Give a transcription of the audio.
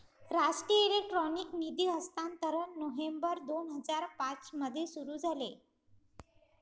राष्ट्रीय इलेक्ट्रॉनिक निधी हस्तांतरण नोव्हेंबर दोन हजार पाँच मध्ये सुरू झाले